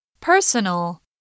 Personal